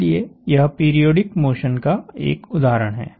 इसलिए यह periodic motion का एक उदाहरण है